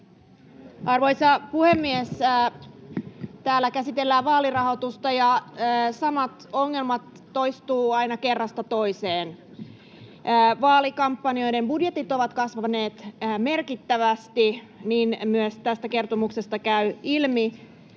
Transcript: Arvoisa puhemies! Täällä käsitellään vaalirahoitusta, ja samat ongelmat toistuvat aina kerrasta toiseen. Vaalikampanjoiden budjetit ovat kasvaneet merkittävästi, niin myös tästä kertomuksesta käy ilmi,